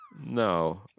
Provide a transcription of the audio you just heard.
No